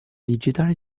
digitale